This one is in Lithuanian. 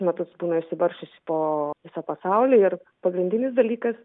metus būna išsibarsčiusi po visą pasaulį ir pagrindinis dalykas